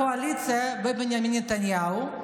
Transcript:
את הקואליציה ואת בנימין נתניהו.